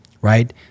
right